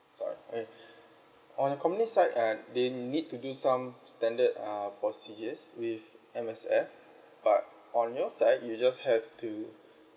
sorry eh on your company side uh they need to do some standard uh procedures with M_S_F but on your side you just have to